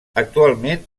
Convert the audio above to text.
actualment